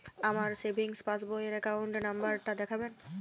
আমার সেভিংস পাসবই র অ্যাকাউন্ট নাম্বার টা দেখাবেন?